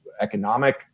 economic